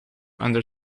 under